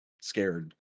Scared